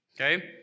Okay